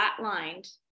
flatlined